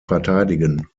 verteidigen